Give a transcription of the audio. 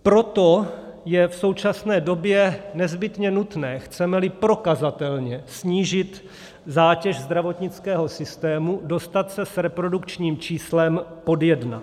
Proto je v současné době nezbytně nutné, chcemeli prokazatelně snížit zátěž zdravotnického systému, dostat se s reprodukčním číslem pod 1.